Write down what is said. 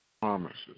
promises